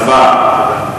הצבעה.